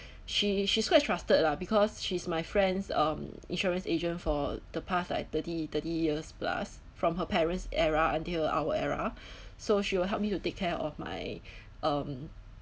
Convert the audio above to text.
she is she's quite trusted lah because she's my friends um insurance agent for the past like thirty thirty years plus from her parents era until our era so she will help me to take care of my um